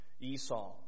Esau